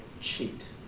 cheat